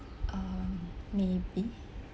um maybe